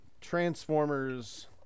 Transformers